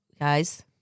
Guys